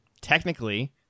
Technically